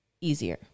easier